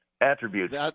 Attributes